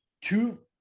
Two